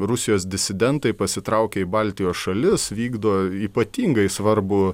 rusijos disidentai pasitraukia į baltijos šalis vykdo ypatingai svarbų